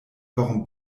warum